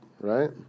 right